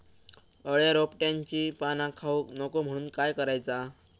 अळ्या रोपट्यांची पाना खाऊक नको म्हणून काय करायचा?